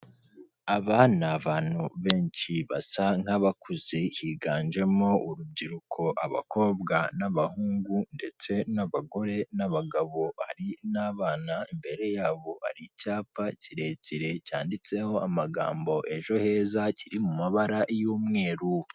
Aba ni abantu benshi basa nk'abakuze, higanjemo urubyiruko, abakobwa n'abahungu ndetse n'abagore n'abagabo hari n'abana imbere yabo, hari icyapa kirekire cyanditseho amagambo ejo heza kiri mu mabara y'umweru.